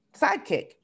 sidekick